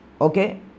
Okay